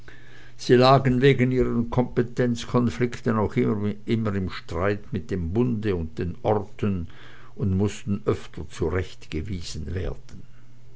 sie lagen wegen ihren kompetenzkonflikten auch immer im streit mit dem bunde und den orten und mußten öfter zurechtgewiesen werden